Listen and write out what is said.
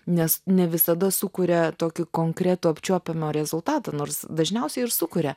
nes ne visada sukuria tokį konkretų apčiuopiamą rezultatą nors dažniausiai ir sukuria